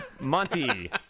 Monty